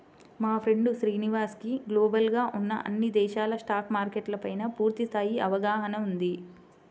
మా ఫ్రెండు శ్రీనివాస్ కి గ్లోబల్ గా ఉన్న అన్ని దేశాల స్టాక్ మార్కెట్ల పైనా పూర్తి స్థాయి అవగాహన ఉంది